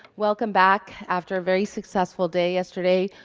welcome back after a very successful day yesterday.